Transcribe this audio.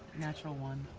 natural one.